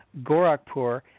Gorakhpur